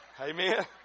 Amen